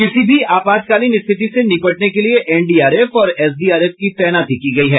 किसी भी आपातकालीन स्थिति से निपटने के लिए एनडीआरएफ और एसडीआरएफ की तैनाती की गयी है